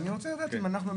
אני שומרת עליו.